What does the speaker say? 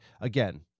again